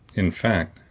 in fact,